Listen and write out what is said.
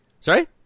Sorry